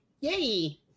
Yay